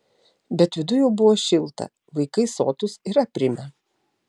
bet viduj jau buvo šilta vaikai sotūs ir aprimę